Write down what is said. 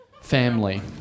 family